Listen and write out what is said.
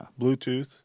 Bluetooth